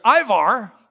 Ivar